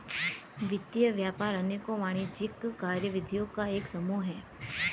वित्त व्यापार अनेकों वाणिज्यिक कार्यविधियों का एक समूह है